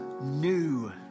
new